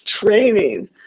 training